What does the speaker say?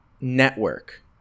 network